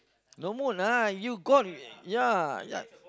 no mood lah you got ya ya ya